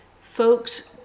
folks